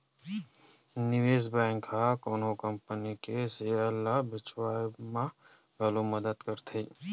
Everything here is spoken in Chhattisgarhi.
निवेस बेंक ह कोनो कंपनी के सेयर ल बेचवाय म घलो मदद करथे